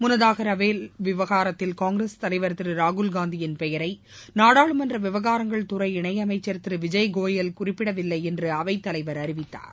முன்னதாக ரபேல் விவகாரத்தில் காங்கிரஸ் தலைவர் திரு ராகுல்காந்தியின் பெயரை நாடாளுமன்ற விவகாரங்கள் துறை இணையமைச்சர் திரு விஜய் கோயல் குறிப்பிடவில்லை என்று அவைத் தலைவர் அறிவித்தார்